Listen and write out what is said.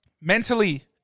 Mentally